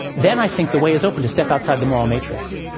then i think the way is open to step outside the moral matrix.